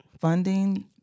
funding